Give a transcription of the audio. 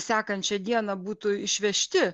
sekančią dieną būtų išvežti